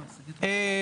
ביום.